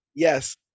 Yes